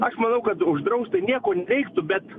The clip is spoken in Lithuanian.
aš manau kad uždraust tai nieko nereiktų bet